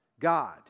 God